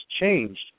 changed